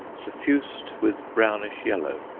suffused with brownish yellow,